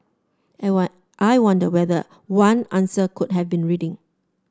and one I wonder whether one answer could have been reading